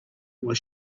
was